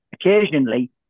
Occasionally